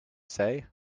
say